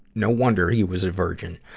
no wonder he was a virgin.